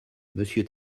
monsieur